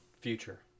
Future